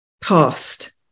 past